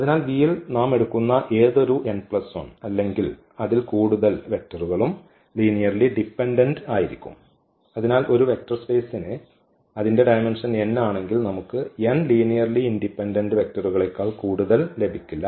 അതിനാൽ V യിൽ നാം എടുക്കുന്ന ഏതൊരു n 1 അല്ലെങ്കിൽ അതിൽ കൂടുതൽ വെക്റ്ററുകളും ലീനിയർലി ഡിപെൻഡന്റ് ആയിരിക്കും അതിനാൽ ഒരു വെക്റ്റർ സ്പെയ്സിന് അതിന്റെ ഡയമെന്ഷൻ n ആണെങ്കിൽ നമുക്ക് n ലീനിയർലി ഇൻഡിപെൻഡന്റ് വെക്റ്ററുകളേക്കാൾ കൂടുതൽ ലഭിക്കില്ല